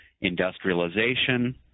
industrialization